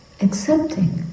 accepting